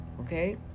Okay